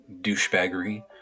douchebaggery